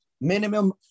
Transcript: minimum